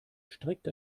strikt